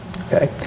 okay